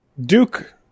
Duke